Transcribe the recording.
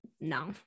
no